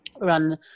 run